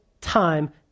time